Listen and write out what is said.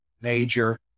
major